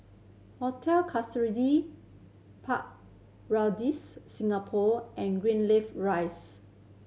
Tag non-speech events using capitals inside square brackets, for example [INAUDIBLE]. Hotel [UNINTELLIGIBLE] Park Regis Singapore and Greenleaf Rise